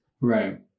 Right